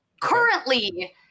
Currently